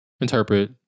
interpret